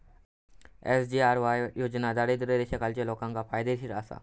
SGRY योजना दारिद्र्य रेषेखालच्या लोकांका फायदेशीर आसा